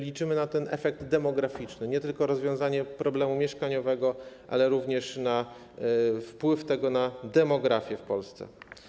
Liczymy na efekt demograficzny, nie tylko na rozwiązanie problemu mieszkaniowego, ale również na wpływ tego na demografię w Polsce.